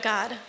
God